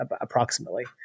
approximately